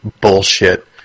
bullshit